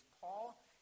Paul